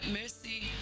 mercy